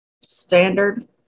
Standard